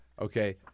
okay